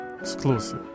Exclusive